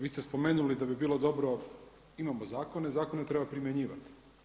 Vi ste spomenuli da bi bilo dobro imamo zakone, zakone treba primjenjivati.